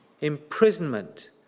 imprisonment